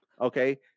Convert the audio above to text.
Okay